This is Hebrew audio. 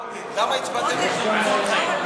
למה הצבעתם נגד בשבוע שעבר?